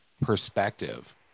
perspective